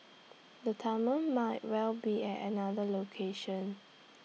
the tunnels might well be at another location